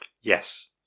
Yes